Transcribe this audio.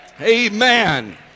Amen